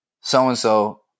so-and-so